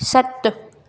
सत